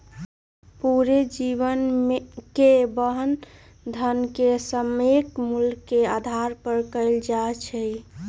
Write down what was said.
पूरे जीवन के वहन धन के सामयिक मूल्य के आधार पर कइल जा हई